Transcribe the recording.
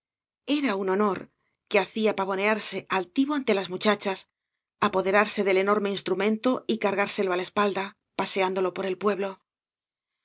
era un honor que hacía pavonearse altivo ante las muchachas apoderarse del enorme instrumento y cargárselo á la espalda paseándolo por el pueblo